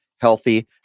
healthy